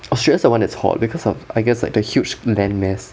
australia is the one that's hot because of I guess like the huge land mass